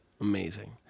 amazing